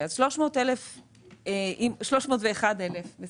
מחזור של 301,000 שקל